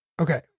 Okay